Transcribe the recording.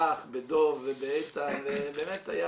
בך, בדב ובאיתן ובאמת היה